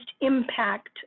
impact